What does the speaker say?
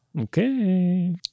Okay